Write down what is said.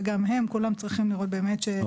וגם הם כולם צריכים לראות שזה באמת עובד.